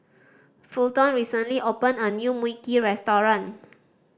Fulton recently opened a new Mui Kee restaurant